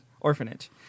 orphanage